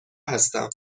هستم